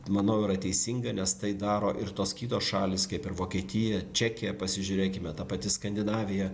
manau yra teisinga nes tai daro ir tos kitos šalys kaip ir vokietija čekija pasižiūrėkime ta pati skandinavija